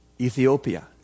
Ethiopia